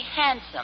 handsome